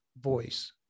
voice